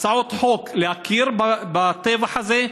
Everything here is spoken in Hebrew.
הצעות חוק להכיר בטבח הזה.